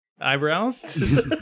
eyebrows